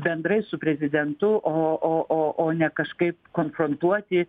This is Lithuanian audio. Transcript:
bendrai su prezidentu o o o o ne kažkaip konfrontuoti